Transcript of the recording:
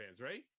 right